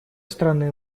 стороны